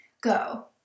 go